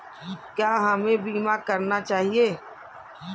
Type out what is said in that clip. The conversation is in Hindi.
क्या हमें बीमा करना चाहिए?